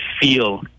feel